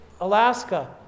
Alaska